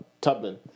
Tubman